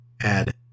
Add